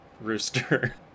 Rooster